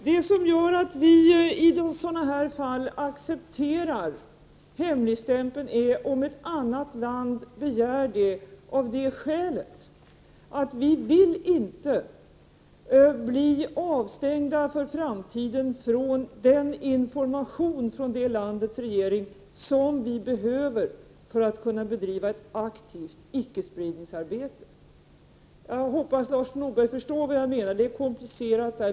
Det som gör att vi accepterar hemligstämpeln om ett annat land begär det är att vi inte vill bli avstängda för framtiden från den information från det landets regering som vi behöver för att kunna bedriva ett aktivt ickespridningsarbete. Jag hoppas att Lars Norberg förstår vad jag menar. Det är komplicerat det här.